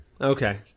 Okay